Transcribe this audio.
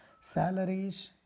salaries